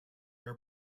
are